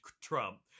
Trump